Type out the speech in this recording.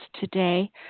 today